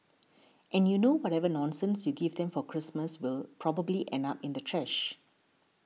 and you know whatever nonsense you give them for Christmas will probably end up in the trash